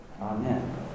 Amen